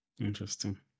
Interesting